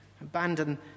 abandon